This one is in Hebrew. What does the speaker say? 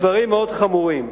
הדברים מאוד חמורים.